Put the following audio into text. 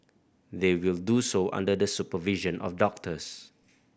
they will do so under the supervision of doctors